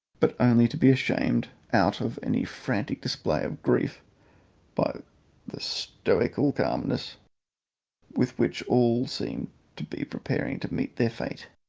but only to be shamed out of any frantic display of grief by the stoical calmness with which all seemed to be preparing to meet their fate.